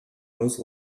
most